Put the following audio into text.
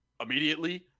immediately